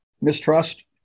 mistrust